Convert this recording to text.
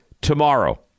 tomorrow